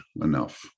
enough